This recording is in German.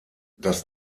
das